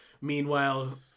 Meanwhile